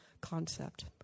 concept